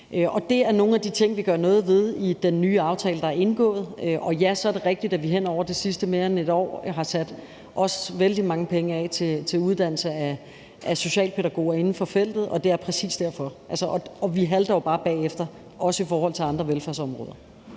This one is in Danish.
Det er nogle af de ting, vi gør noget ved i den nye aftale, der er indgået. Og ja, så er det rigtigt, at vi hen over det sidste mere end 1 år har sat vældig mange penge af til uddannelse af socialpædagoger inden for feltet, og det er præcis derfor. Vi halter jo bare bagefter, også i forhold til andre velfærdsområder.